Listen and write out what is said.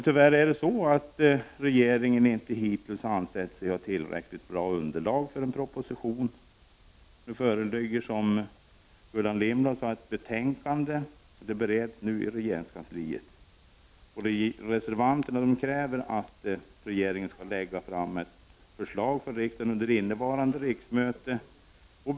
Tyvärr har regeringen hittills inte ansett sig ha tillräckligt bra underlag för en proposition. Nu föreligger det, som Gullan Lindblad sade, ett betänkande. Det bereds i regeringskansliet. Reservanterna kräver att regeringen skall lägga fram ett förslag för riksdagen under innevarande riksmöte.